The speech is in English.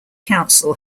council